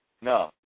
No